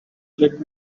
let